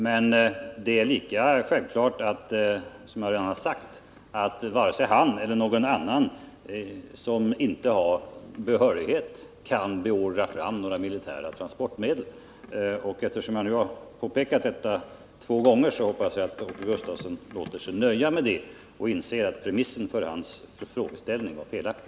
Men det är självklart, som jag redan har sagt, att varken han eller någon annan som inte har behörighet kan beordra fram några militära transportmedel. Eftersom jag nu har påpekat detta två gånger, hoppas jag att Åke Gustavsson låter sig nöja med det och inser att premissen för hans frågeställning var felaktig.